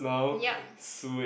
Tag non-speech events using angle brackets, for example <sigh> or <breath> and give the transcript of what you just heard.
yup <breath>